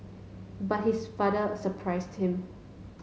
but his father surprised him